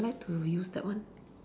I like to use that one